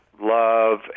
love